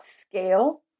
scale